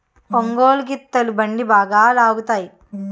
ఒంగోలు గిత్తలు బండి బాగా లాగుతాయి